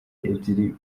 ebyiri